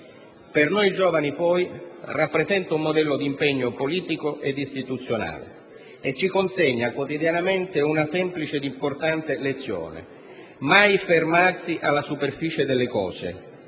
Per noi giovani, poi, rappresenta un modello di impegno politico ed istituzionale e ci consegna quotidianamente una semplice ed importante lezione: mai fermarsi alla superficie delle cose,